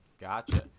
gotcha